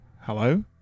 hello